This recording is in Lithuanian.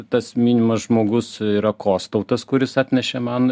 tas minimas žmogus yra kostautas kuris atnešė man